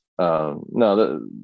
no